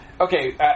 Okay